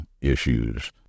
issues